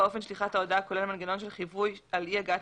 אופן שליחת ההודעה כולל מנגנון של חיווי על אי הגעת